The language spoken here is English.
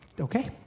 okay